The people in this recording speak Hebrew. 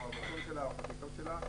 או החקיקות שלה.